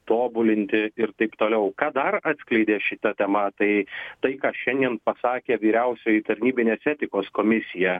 tobulinti ir taip toliau ką dar atskleidė šita tema tai tai ką šiandien pasakė vyriausioji tarnybinės etikos komisija